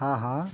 हाँ हाँ